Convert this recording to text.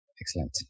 Excellent